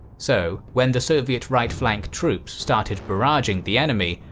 so, when the soviet right flank troops started barraging the enemy,